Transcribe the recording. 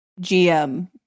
GM